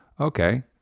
okay